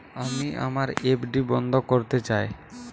আমি আমার এফ.ডি বন্ধ করতে চাই